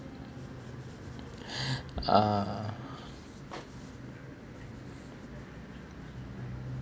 uh